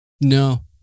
No